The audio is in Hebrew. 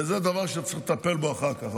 וזה דבר שנצטרך לטפל בו אחר כך.